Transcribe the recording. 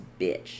bitch